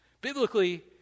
Biblically